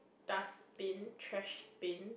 dustbin trashbin